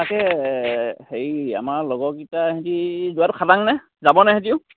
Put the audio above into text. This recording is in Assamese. তাকে হেৰি আমাৰ লগৰকেইটা সেহেঁতি যোৱাতো খাতাংনে যাবনে সেহেঁতিও